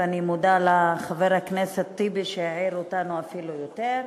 ואני מודה לחבר הכנסת טיבי שהעיר אותנו אפילו יותר,